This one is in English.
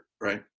Right